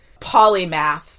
polymath